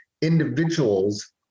individuals